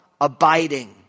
abiding